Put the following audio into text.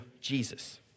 Jesus